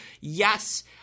yes